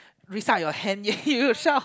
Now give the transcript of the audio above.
raise up your hand then you shout